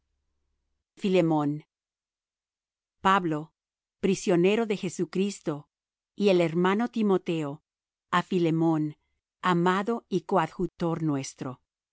pablo prisionero de jesucristo y el hermano timoteo á filemón amado y coadjutor nuestro